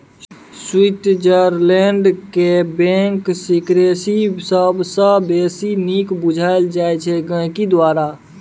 Switzerland केर bank secrecy सबसँ बेसी नीक बुझल जाइ छै गांहिकी द्वारा